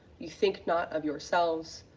you think not of yourselves,